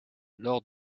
lors